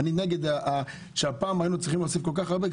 אני נגד שהפעם היינו צריכים להוסיף כל כך הרבה,